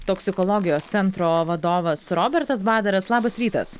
toksikologijos centro vadovas robertas badaras labas rytas